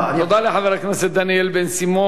תודה לחבר הכנסת דניאל בן-סימון.